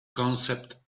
concept